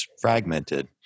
fragmented